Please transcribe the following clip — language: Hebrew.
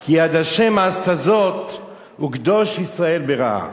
כי יד ה' עשתה זאת וקדוש ישראל בראה".